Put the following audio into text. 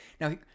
Now